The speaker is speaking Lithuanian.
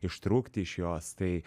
ištrūkti iš jos tai